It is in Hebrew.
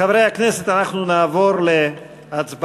חברי הכנסת, אנחנו נעבור להצבעה.